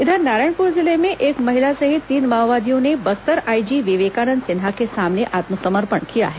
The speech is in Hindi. इधर नारायणपुर जिले में एक महिला सहित तीन माओवादियों ने बस्तर आईजी विवेकानंद सिन्हा के सामने आत्मसमर्पण किया है